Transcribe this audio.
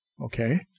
Okay